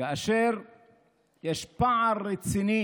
ויש פער רציני